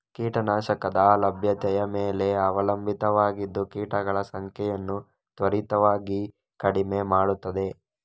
ಕೀಟ ನಾಶಕದ ಲಭ್ಯತೆಯ ಮೇಲೆ ಅವಲಂಬಿತವಾಗಿದ್ದು ಕೀಟಗಳ ಸಂಖ್ಯೆಯನ್ನು ತ್ವರಿತವಾಗಿ ಕಡಿಮೆ ಮಾಡುತ್ತದೆ